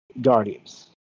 Guardians